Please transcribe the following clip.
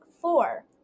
four